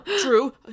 True